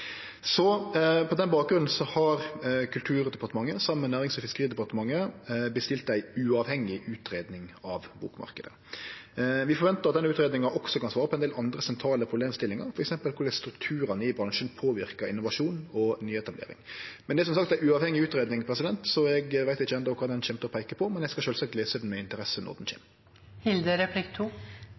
På den bakgrunnen har Kulturdepartementet saman med Nærings- og fiskeridepartementet bestilt ei uavhengig utgreiing av bokmarknaden. Vi forventar at den utgreiinga også kan svare på ein del andre sentrale problemstillingar, f.eks. korleis strukturane i bransjen påverkar innovasjon og nyetablering. Det er som sagt ei uavhengig utgreiing, så eg veit enno ikkje kva ho kjem til å peike på, men eg skal sjølvsagt lese ho med interesse når